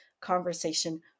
conversation